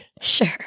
sure